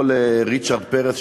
לא לריצ'רד פרס,